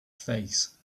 face